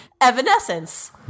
evanescence